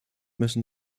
müssen